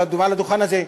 מעל הדוכן הזה,